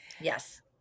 Yes